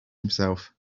himself